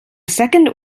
second